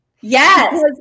Yes